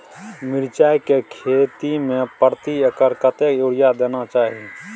मिर्चाय के खेती में प्रति एकर कतेक यूरिया देना चाही?